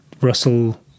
russell